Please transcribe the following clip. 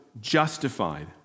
justified